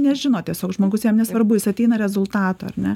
nežino tiesiog žmogus jam nesvarbu jis ateina rezultato ar ne